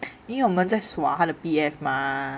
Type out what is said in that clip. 因为我们再耍她的 B_F mah